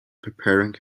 preparing